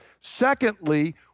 Secondly